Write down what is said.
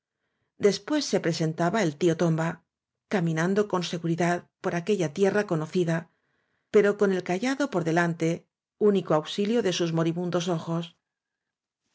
después se presentaba el tío tomba caminando con seguridad por aquella tierra conocida pero con el cayado por de lante único auxilio de sus moribundos ojos